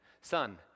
Son